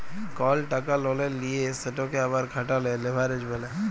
call টাকা ললে লিঁয়ে সেটকে আবার খাটালে লেভারেজ ব্যলে